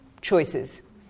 choices